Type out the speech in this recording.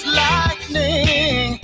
lightning